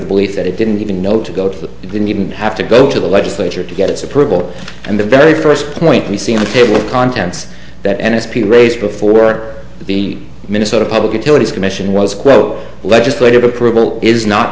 the belief that it didn't even know to go to that it didn't even have to go to the legislature to get its approval and the very first point we see on the table of contents that n s p raised before the minnesota public utilities commission was quote legislative approval is not